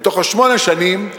מתוך שמונה השנים,